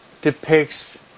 depicts